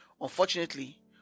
Unfortunately